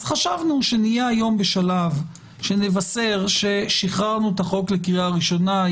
אז חשבנו שנהיה היום בשלב שנבשר ששחררנו את החוק לקריאה ראשונה,